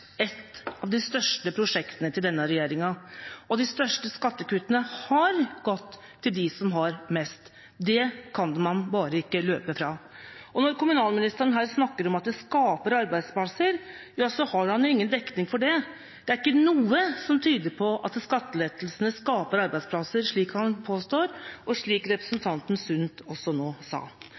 har mest. Det kan man bare ikke løpe fra. Når kommunalministeren her snakker om at det skaper arbeidsplasser, så har han jo ingen dekning for det. Det er ikke noe som tyder på at skattelettelsene skaper arbeidsplasser, slik han påstår – noe representanten Sund også